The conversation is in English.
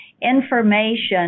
information